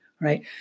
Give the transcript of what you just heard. right